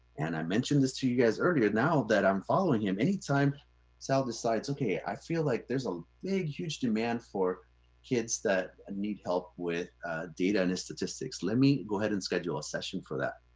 and i mentioned this to you guys earlier, now that i'm following him anytime sal decides, okay, i feel like there's a big huge demand for kids that ah need help with data and statistics, let me go ahead and schedule a session for that.